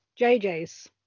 JJ's